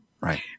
Right